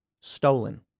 stolen